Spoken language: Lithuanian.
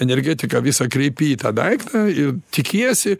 energetiką visą kreipi į tą daiktą ir tikiesi